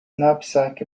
knapsack